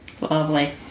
Lovely